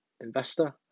investor